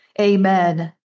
amen